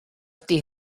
ydy